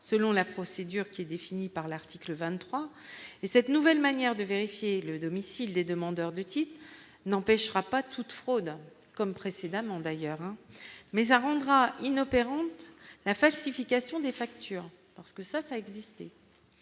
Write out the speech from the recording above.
selon la procédure qui est définie par l'article 23 et cette nouvelle manière de vérifier le domicile des demandeurs de Titan n'empêchera pas toute fraude comme précédemment, d'ailleurs, hein, mais ça rendra inopérante la falsification des factures parce que ça ça existait